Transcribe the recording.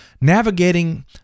navigating